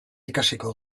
ikasiko